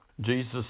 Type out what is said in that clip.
Jesus